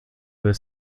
his